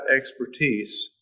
expertise